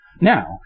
Now